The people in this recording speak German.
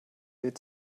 weh